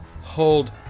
Hold